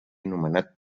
anomenat